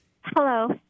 Hello